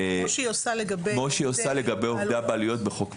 כפי שעושה לגבי עובדי הבעלויות בחוק פיקוח.